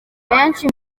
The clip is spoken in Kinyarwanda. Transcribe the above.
benshi